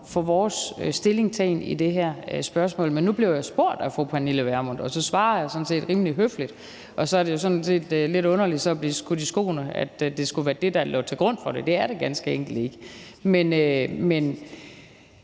for vores stillingtagen i det her spørgsmål. Men nu blev jeg spurgt af fru Pernille Vermund, og så svarede jeg sådan set rimelig høfligt, og så er det jo sådan set lidt underligt så at blive skudt i skoene, at det skulle være det, der lå til grund for det. Det er det ganske enkelt ikke. Men